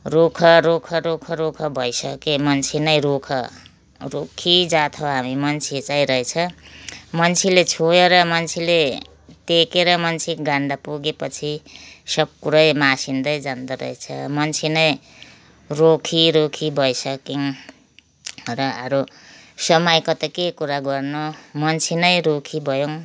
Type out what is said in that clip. रुखो रुखो रुखो रुखो भइसक्यो मान्छे नै रुखो रुखी जात हो हामी मान्छे चाहिँ रहेछ मान्छेले छोएर मान्छेले टेकेर मान्छेको गन्ध पुगेपछि सब कुरो नै मासिँदै जाँदोरहेछ मान्छे नै रुखी रुखी भइसक्यौँ र अब समयको त के कुरा गर्नु मान्छे नै रुखी भयौँ